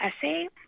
essay